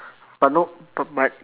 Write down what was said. but no no but